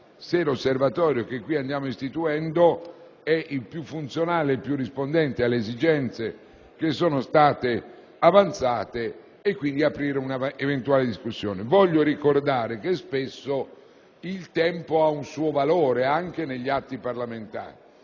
mesi l'Osservatorio che qui stiamo istituendo sarà il più funzionale e rispondente alle esigenze che sono state avanzate, vi è l'occasione di aprire un'eventuale discussione. Voglio ricordare che spesso il tempo ha un suo valore, anche negli atti parlamentari.